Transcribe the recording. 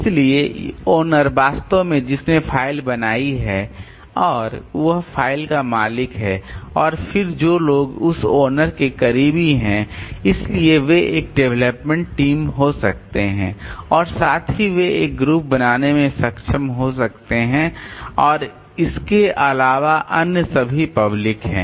इसलिए ओनर वास्तव में जिसने फ़ाइल बनाई है और वह फ़ाइल का मालिक है और फिर जो लोग उस ओनर के करीबी हैं इसलिए वे एक डेवलपमेंट टीम हो सकते हैं और साथ ही वे एक ग्रुप बनाने में सक्षम हो सकते हैं और इसके अलावा अन्य सभी पब्लिक हैं